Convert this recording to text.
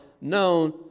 known